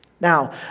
Now